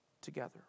together